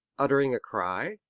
uttering a cry,